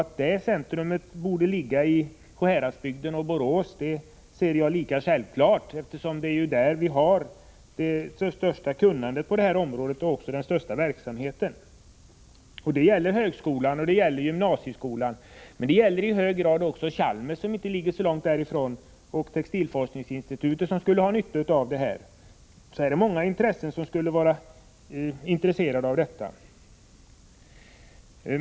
Att detta centrum bör ligga i Sjuhäradsbygden och Borås anser jag vara självklart, eftersom det är där vi har det största kunnandet och den mesta verksamheten på detta område. Ett centrum för tekoutbildning skulle vara till nytta för högskolan och gymnasieskolan men också i hög grad för Chalmers tekniska högskola, som inte ligger så långt ifrån Sjuhäradsbygden. Textilforskningsinstitutet skulle också ha nytta av detta. Det är alltså många intressen som skulle gagnas.